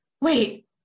wait